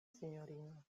sinjorino